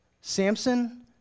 Samson